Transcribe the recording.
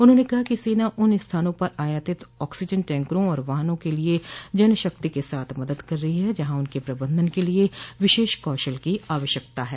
उन्होंने कहा कि सेना उन स्थानों पर आयातित ऑक्सीजन टैंकरों और वाहनों के लिए जनशक्ति के साथ मदद कर रहो है जहां उनके प्रबंधन के लिए विशेष कौशल की आवश्यकता है